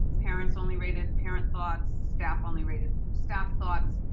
parents only rated parent thoughts, staff only rated staff thoughts.